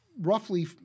roughly